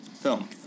film